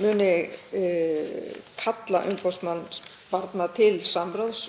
muni kalla umboðsmann barna til samráðs